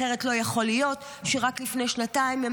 אחרת לא יכול להיות שרק לפני שנתיים הם